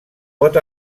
pot